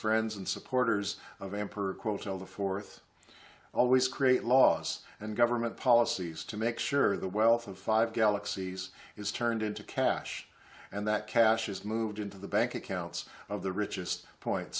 friends and supporters of emperor quote all the fourth always create laws and government policies to make sure the wealth of five galaxies is turned into cash and that cash is moved into the bank accounts of the richest point